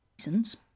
reasons